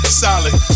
solid